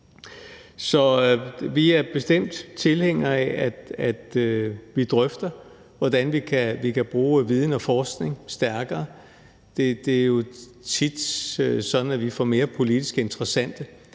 Så vi er bestemt tilhængere af, at vi drøfter, hvordan vi kan bruge viden og forskning stærkere. Det er jo også tit sådan, at vi får politisk mere interessante